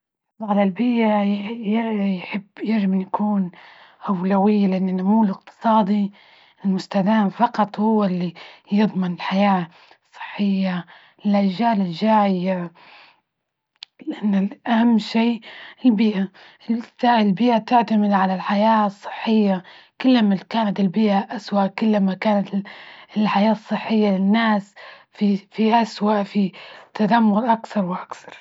نحب على البيئة، يحب لازم يكون أولوية، لأن النمو الاقتصادي المستدام فقط هو اللي يضمن الحياة الصحية للأجيال الجاية، لأن ال أهم شي البيئة، البيئة تعتمد على الحياة الصحية كل من كانت البيئة أسوء، كل ما كانت ال الحياة الصحية للناس في- فيها أسوأ، في تذمر، أكثر وأكثر.